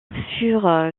furent